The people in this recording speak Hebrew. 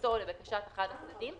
מיוזמתו או לבקשת אחד הצדדים,